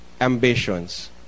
ambitions